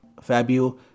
Fabio